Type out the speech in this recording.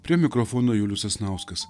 prie mikrofono julius sasnauskas